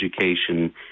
education